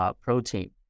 protein